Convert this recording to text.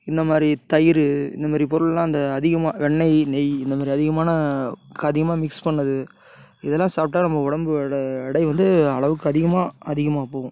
இந்த மாதிரி தயிர் இந்த மாதிரி பொருளெலாம் அந்த அதிகமாக வெண்ணை நெய் இந்த மாதிரி அதிகமான க அதிகமா மிக்ஸ் பண்ணது இதெல்லாம் சாப்பிட்டா நம்ம உடம்போட எடை வந்து அளவுக்கு அதிகமாக அதிகமாக போகும்